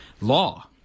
law